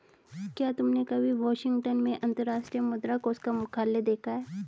क्या तुमने कभी वाशिंगटन में अंतर्राष्ट्रीय मुद्रा कोष का मुख्यालय देखा है?